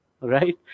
right